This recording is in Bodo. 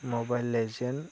mobile legend